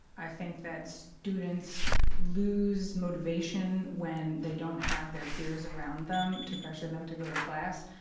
i think that students lose motivation when they don't have their peers around them to pressure them to go to class.